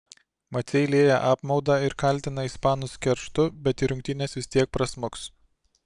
maciai lieja apmaudą ir kaltina ispanus kerštu bet į rungtynes vis tiek prasmuks